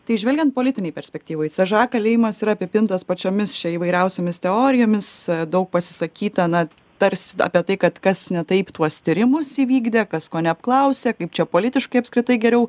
tai žvelgiant politinėj perspektyvoj c ž a kalėjimas yra apipintos pačiomis įvairiausiomis teorijomis daug pasisakyta na tarsi apie tai kad kas ne taip tuos tyrimus įvykdė kas ko neapklausė kaip čia politiškai apskritai geriau